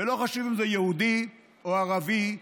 ולא חשוב אם זה יהודי או ערבי,